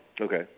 Okay